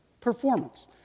Performance